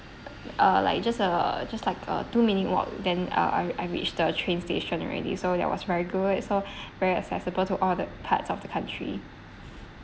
uh like just err just like a two minute walk then uh I I reach the train station already so that was very good so very accessible to all the parts of the country